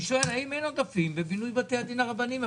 אני שואל האם אין עודפים בבינוי בתי הדין הרבניים,